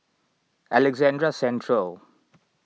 Alexandra Central